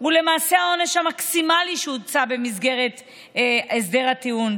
הוא למעשה העונש המקסימלי שהוצע במסגרת הסדר הטיעון,